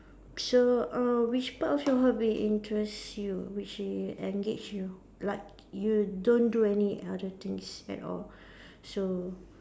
so err which part of your hobby interests you which you engage you like you don't do any other things at all so